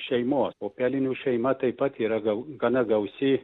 šeimos o pelinių šeima taip pat yra gana gausi